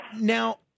Now